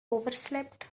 overslept